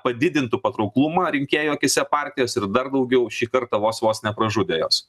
padidintų patrauklumą rinkėjų akyse partijos ir dar daugiau šį kartą vos vos nepražudė jos